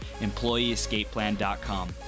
EmployeeEscapePlan.com